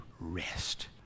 rest